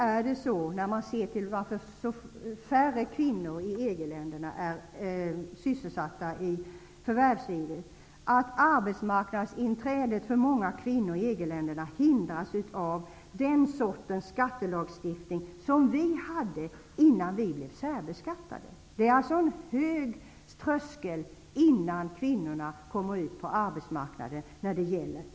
Orsaken till att färre kvinnor i EG-länderna är sysselsatta i förvärvslivet är i stället att arbetsmarknadsinträdet för många kvinnor i EG länderna hindras av den sortens skattelagstiftning som vi hade innan vi blev särbeskattade. Det är alltså av ekonomiska skäl fråga om en hög tröskel att ta sig över innan kvinnorna kan gå ut på arbetsmarknaden. Herr talman!